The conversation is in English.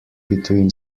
between